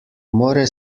more